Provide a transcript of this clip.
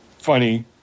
funny